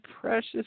precious